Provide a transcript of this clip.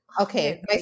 Okay